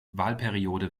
wahlperiode